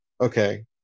Okay